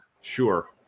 sure